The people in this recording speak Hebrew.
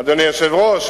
אדוני היושב-ראש,